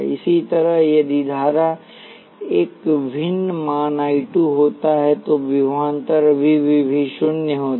इसी तरह यदिधारा एक भिन्न मान I 2 होता तो विभवांतर अभी भी V शून्य होता